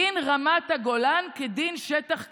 דין רמת הגולן כדין שטח כבוש.